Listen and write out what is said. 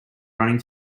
running